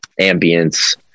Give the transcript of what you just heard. ambience